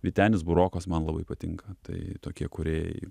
vytenis burokas man labai patinka tai tokie kūrėjai